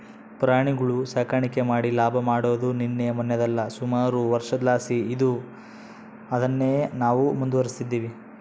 ಪ್ರಾಣಿಗುಳ ಸಾಕಾಣಿಕೆ ಮಾಡಿ ಲಾಭ ಮಾಡಾದು ನಿನ್ನೆ ಮನ್ನೆದಲ್ಲ, ಸುಮಾರು ವರ್ಷುದ್ಲಾಸಿ ಇದ್ದು ಅದುನ್ನೇ ನಾವು ಮುಂದುವರಿಸ್ತದಿವಿ